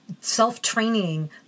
self-training